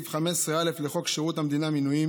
תוך חירוף נפש ומסירות שאין דומה לה.